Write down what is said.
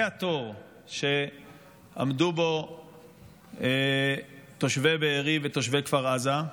זה התור שעמדו בו תושבי בארי ותושבי כפר עזה.